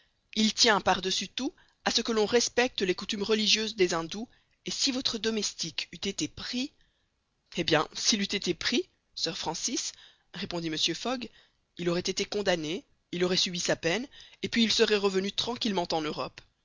il tient par-dessus tout à ce que l'on respecte les coutumes religieuses des indous et si votre domestique eût été pris eh bien s'il eût été pris sir francis répondit mr fogg il aurait été condamné il aurait subi sa peine et puis il serait revenu tranquillement en europe